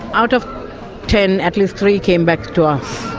out of ten, at least three came back to us.